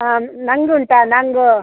ಹಾಂ ನಂಗ್ ಉಂಟಾ ನಂಗ್